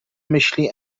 myśli